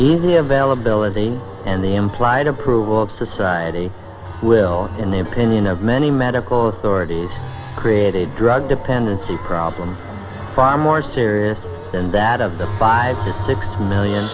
easy availability and the implied approval of society will in the opinion of many medical authorities create a drug dependency problem far more serious than that of the five to six million